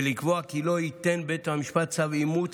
ולקבוע כי לא ייתן בית המשפט צו אימוץ